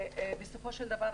בסופו של דבר,